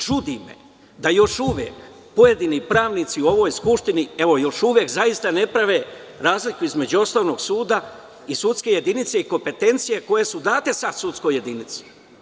Čudi me da još uvek pojedini pravnici u ovoj Skupštini zaista ne prave razliku između osnovnog suda i sudske jedinice i kompentencije koje su date sudskoj jedinici.